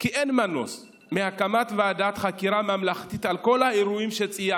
כי אין מנוס מהקמת ועדת חקירה ממלכתית על כל האירועים שציינתי,